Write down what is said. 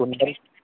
കുണ്ടല്